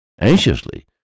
anxiously